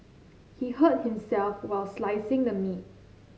he hurt himself while slicing the meat